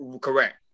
Correct